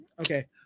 okay